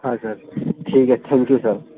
ہاں سر ٹھیک ہے تھینک یو سر